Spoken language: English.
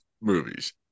movies